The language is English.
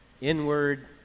inward